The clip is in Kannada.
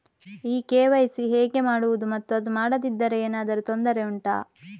ಈ ಕೆ.ವೈ.ಸಿ ಹೇಗೆ ಮಾಡುವುದು ಮತ್ತು ಅದು ಮಾಡದಿದ್ದರೆ ಏನಾದರೂ ತೊಂದರೆ ಉಂಟಾ